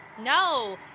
No